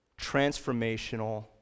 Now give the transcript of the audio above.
transformational